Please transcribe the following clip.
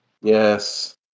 Yes